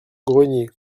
grenier